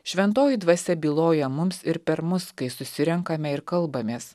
šventoji dvasia byloja mums ir per mus kai susirenkame ir kalbamės